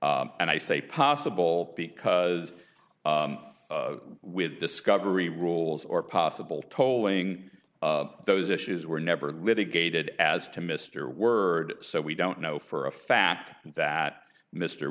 and i say possible because with discovery rules or possible tolling those issues were never litigated as to mr words so we don't know for a fact that mr